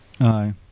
Aye